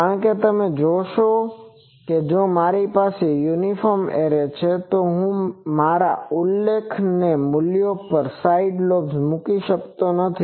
કારણ કે તમે જોશો કે જો મારી પાસે યુનિફોર્મ એરે છે તો હું મારા ઉલ્લેખેલ મૂલ્યો પર સાઈડ લોબ્સ મૂકી શકતો નથી